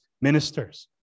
Ministers